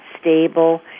stable